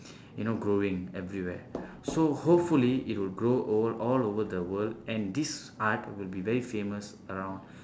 you know growing everywhere so hopefully it will grow over all over the world and this art will be very famous around